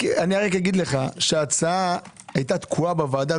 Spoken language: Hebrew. רק אומר לך שההצעה הייתה תקועה בוועדה,